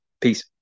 Peace